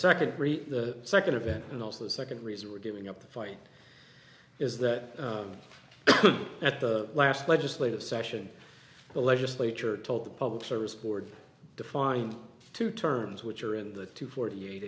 degree the second event and also the second reason we're giving up the fight is that at the last legislative session the legislature told the public service board defined two terms which are in the two forty eight